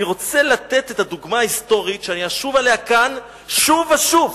אני רוצה לתת את הדוגמה ההיסטורית שאני אשוב אליה כאן שוב ושוב,